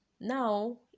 Now